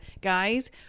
guys